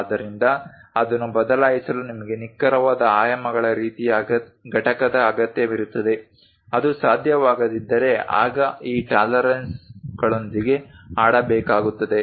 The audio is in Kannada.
ಆದ್ದರಿಂದ ಅದನ್ನು ಬದಲಾಯಿಸಲು ನಿಮಗೆ ನಿಖರವಾದ ಆಯಾಮಗಳ ರೀತಿಯ ಘಟಕದ ಅಗತ್ಯವಿರುತ್ತದೆ ಅದು ಸಾಧ್ಯವಾಗದಿದ್ದರೆ ಆಗ ಈ ಟಾಲರೆನ್ಸ್ಗಳೊಂದಿಗೆ ಆಡಬೇಕಾಗುತ್ತದೆ